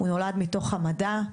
הוא נולד מתוך עמדה,